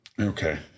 Okay